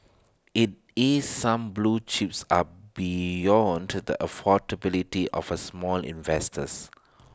IT is some blue chips are beyond to the affordability of the small investors